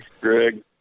Greg